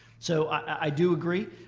so i do agree.